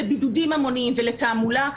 לבידודים המוניים ולתעמולה,